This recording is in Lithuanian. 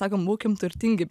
sakom būkim turtingi